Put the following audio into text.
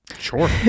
Sure